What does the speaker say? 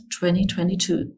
2022